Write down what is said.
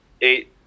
eight